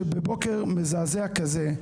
אני אמרתי שזה לא בית ואני לא אשתמש בביטוי הזה.